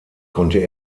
konnte